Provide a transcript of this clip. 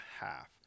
half